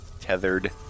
tethered